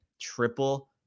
triple